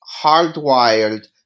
hardwired